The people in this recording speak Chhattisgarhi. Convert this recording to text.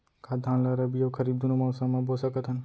का धान ला रबि अऊ खरीफ दूनो मौसम मा बो सकत हन?